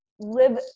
live